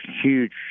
huge